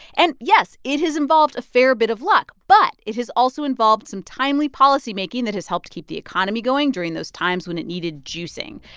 and, yes, it has involved a fair bit of luck, but it has also involved some timely policymaking that has helped keep the economy going during those times when it needed juicing.